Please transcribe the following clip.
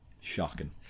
Shocking